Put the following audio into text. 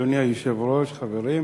אדוני היושב-ראש, חברים,